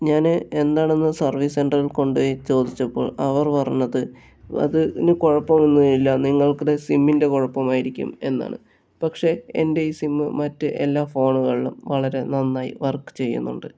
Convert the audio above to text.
ഞാന് എന്താണെന്ന് സർവീസ് സെൻറ്ററിൽ കൊണ്ടുപോയി ചോദിച്ചപ്പോൾ അവർ പറഞ്ഞത് അത് ന് കുഴപ്പമൊന്നുമില്ല നിങ്ങൾക്ക് സിമ്മിൻറ്റ കുഴപ്പമായിരിക്കും എന്നാണ് പക്ഷെ എൻ്റെ ഈ സിമ്മ് മറ്റ് എല്ലാ ഫോണുകളിലും വളരെ നന്നായി വർക്ക് ചെയ്യുന്നുണ്ട്